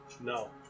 No